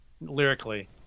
lyrically